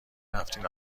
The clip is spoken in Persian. رفت